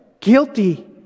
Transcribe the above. Guilty